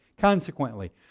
Consequently